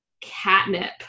CATNIP